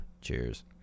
Cheers